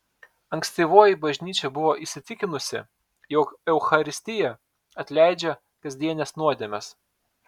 ankstyvoji bažnyčia buvo įsitikinusi jog eucharistija atleidžia kasdienes nuodėmes